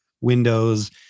windows